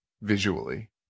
visually